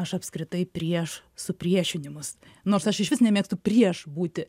aš apskritai prieš supriešinimus nors aš išvis nemėgstu prieš būti